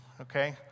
Okay